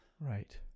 Right